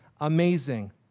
amazing